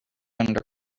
under